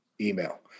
email